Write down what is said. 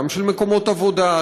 גם של מקומות עבודה,